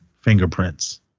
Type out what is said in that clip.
fingerprints